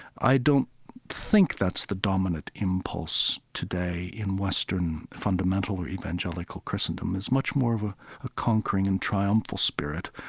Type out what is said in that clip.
i don't think that's the dominant impulse today in western fundamental or evangelical christendom. it's much more of a ah conquering and triumphal spirit,